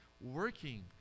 working